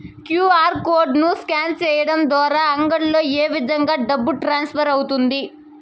QR code ను scan సేయడం ద్వారా అంగడ్లలో ఏ విధంగా డబ్బు ట్రాన్స్ఫర్ అవుతుంది